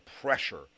pressure